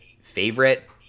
favorite